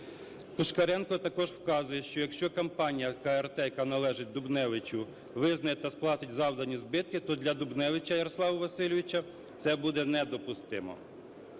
Пушкаренко також вказує, що якщо компанія КРТ, яка належить Дубневичу, визнає та сплатить завдані збитки, то для Дубневича Ярослава Васильовича це буде недопустимо.